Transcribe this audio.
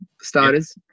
starters